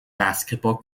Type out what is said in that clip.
basketball